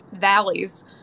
valleys